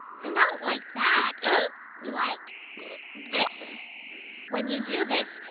not like that like this when you do this,